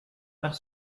nach